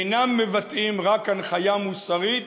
אינם מבטאים רק הנחיה מוסרית,